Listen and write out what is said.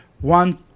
one